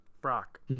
Brock